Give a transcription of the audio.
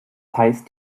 heißt